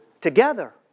together